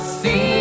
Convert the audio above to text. see